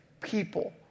people